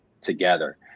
together